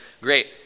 great